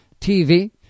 TV